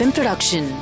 Production